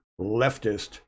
leftist